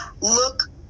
look